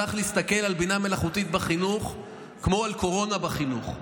צריך להסתכל על בינה מלאכותית בחינוך כמו על קורונה בחינוך,